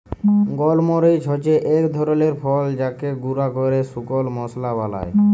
গল মরিচ হচ্যে এক ধরলের ফল যাকে গুঁরা ক্যরে শুকল মশলা বালায়